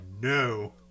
no